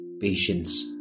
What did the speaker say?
patience